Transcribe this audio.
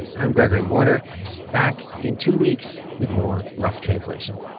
i'm gregory warner back in two weeks with more rough translation